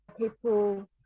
people